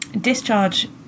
discharge